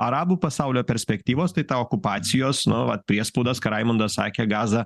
arabų pasaulio perspektyvos tai ta okupacijos nu vat priespaudos ką raimundas sakė gaza